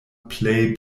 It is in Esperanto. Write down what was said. plej